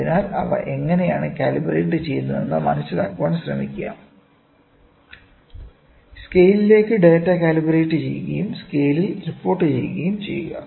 അതിനാൽ അവ എങ്ങനെയാണ് കാലിബ്രേറ്റ് ചെയ്യുന്നതെന്ന് മനസിലാക്കാൻ ശ്രമിക്കുക സ്കെയിലിലേക്ക് ഡാറ്റ കാലിബ്രേറ്റ് ചെയ്യുകയും സ്കെയിലിൽ റിപ്പോർട്ടുചെയ്യുകയും ചെയ്യുക